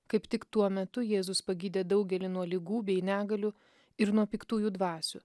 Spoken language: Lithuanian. kaip tik tuo metu jėzus pagydė daugelį nuo ligų bei negalių ir nuo piktųjų dvasių